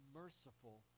merciful